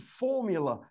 formula